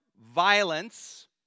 violence